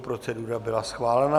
Procedura byla schválena.